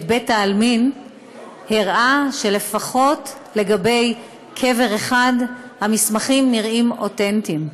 בית העלמין הראו שלפחות קבר אחד המסמכים נראים אותנטיים.